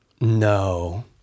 No